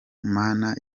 mana